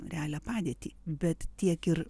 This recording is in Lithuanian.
realią padėtį bet tiek ir